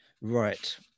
Right